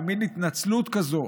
במין התנצלות כזאת,